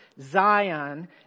Zion